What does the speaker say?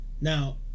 Now